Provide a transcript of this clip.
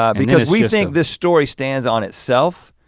um because we think this story stands on itself,